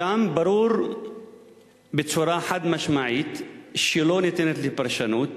שם ברור בצורה חד-משמעית, שלא ניתנת לפרשנות,